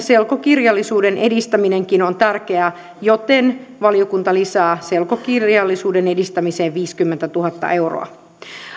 selkokirjallisuuden edistäminenkin on tärkeää joten valiokunta lisää selkokirjallisuuden edistämiseen viisikymmentätuhatta euroa